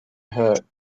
her